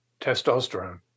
testosterone